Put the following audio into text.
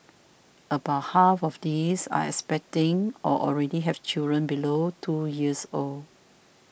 about half of these are expecting or already have children below two years old